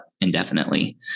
indefinitely